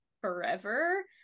forever